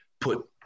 put